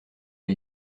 aux